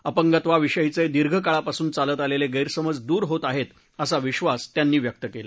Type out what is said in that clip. अंपगत्वा विषयीचे दीर्घ काळापासून चालत आलेले गैरसमज दूर होत आहेत असा विधास त्यांनी व्यक्त केला